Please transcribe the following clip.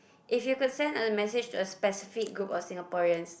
if you could send a message to a specific group of Singaporeans